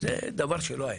זה דבר שלא היה.